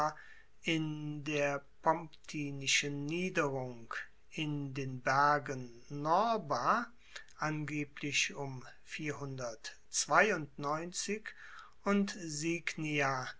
in der pomptinischen niederung in den bergen norba angeblich um und signia